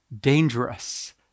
dangerous